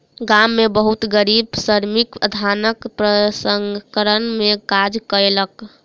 गाम में बहुत गरीब श्रमिक धानक प्रसंस्करण में काज कयलक